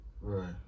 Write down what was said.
Right